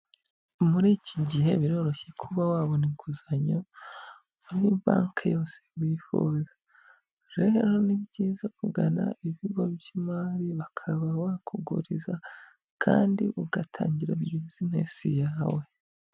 Muri iki gihe biroroshye kuba wabona inguzanyo muri Banki yose wifuza, rero ni byiza kugana ibigo by'imari bakaba bakuguriza kandi ugatangira bizinesi yawe.